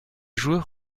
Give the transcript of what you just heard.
joueurs